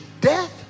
death